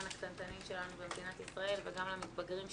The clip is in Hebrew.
הקטנטנים שלנו במדינת ישראל וגם למתבגרים שלנו.